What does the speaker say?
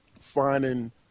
finding